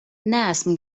neesmu